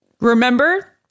Remember